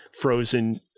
frozen